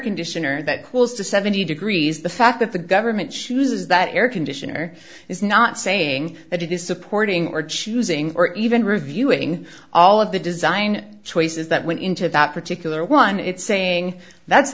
conditioner that cools to seventy degrees the fact that the government chooses that air conditioner is not saying that it is supporting or choosing or even reviewing all of the design choices that went into that particular one it's saying that's